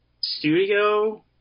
Studio